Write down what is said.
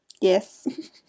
Yes